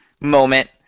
moment